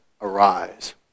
arise